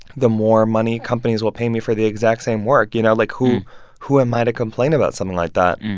the more money companies will pay me for the exact same work. you know, like, who who am i to complain about something like that?